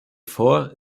vor